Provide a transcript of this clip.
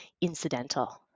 incidental